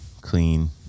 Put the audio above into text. clean